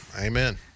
Amen